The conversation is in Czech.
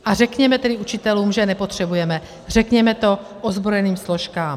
A řekněme tedy učitelům, že je nepotřebujeme, řekněme to ozbrojeným složkám.